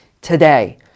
today